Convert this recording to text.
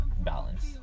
balance